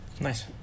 Nice